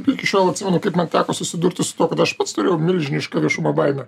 iki šiol atsimenu kaip man teko susidurti su tuo kad aš pats turėjau milžinišką viešumo baimę